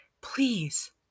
please